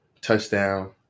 touchdown